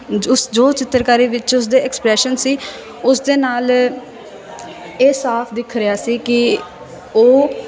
ਉਸ ਜੋ ਚਿੱਤਰਕਾਰੀ ਵਿੱਚ ਉਸਦੇ ਐਕਸਪ੍ਰੈਸ਼ਨ ਸੀ ਉਸ ਦੇ ਨਾਲ ਇਹ ਸਾਫ਼ ਦਿਖ ਰਿਹਾ ਸੀ ਕਿ ਉਹ